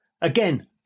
again